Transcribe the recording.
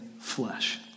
flesh